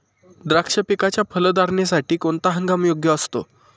द्राक्ष पिकाच्या फलधारणेसाठी कोणता हंगाम योग्य असतो?